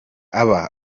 aba